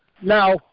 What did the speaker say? now